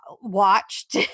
watched